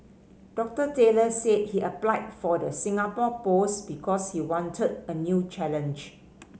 Doctor Taylor said he applied for the Singapore post because he wanted a new challenge